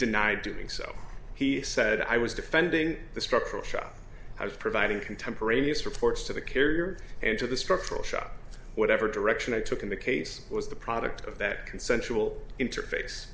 denied doing so he said i was defending the structural shop i was providing contemporaneous reports to the carrier and to the structural shop whatever direction i took in the case was the product of that consensual interface